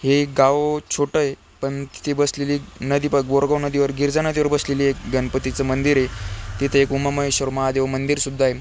हे गाव छोटं आहे पण तिथे बसलेली नदी बग बोरगाव नदीवर गिरजा नदीवर बसलेली आहे गणपतीचं मंदिर आहे तिथे एक उमा महेश्वर महादेव मंदिरसुद्धा आहे